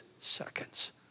seconds